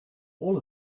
all